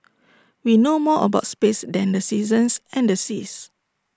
we know more about space than the seasons and the seas